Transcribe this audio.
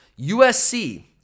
USC